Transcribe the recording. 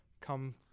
come